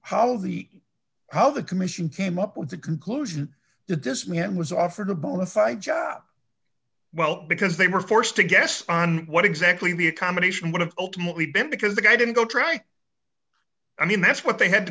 how the how the commission came up with the conclusion that this man was offered a bona fide job well because they were forced to guess on what exactly the accommodation one of ultimately did because the guy didn't go track i mean that's what they had to